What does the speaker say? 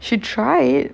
she tried